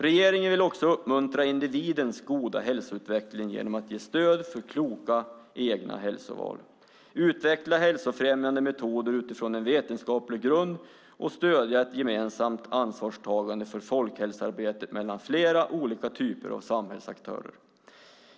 Regeringen vill också uppmuntra individens goda hälsoutveckling genom att ge stöd för kloka egna hälsoval, utveckla hälsofrämjande metoder utifrån en vetenskaplig grund och stödja ett gemensamt ansvarstagande för folkhälsoarbetet mellan flera olika typer av samhällsaktörer."